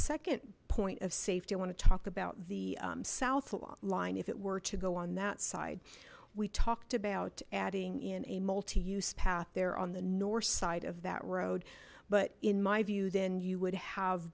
second point of safety i want to talk about the south line if it were to go on that side we talked about adding in a multi use path there on the north side of that road but in my view then you would have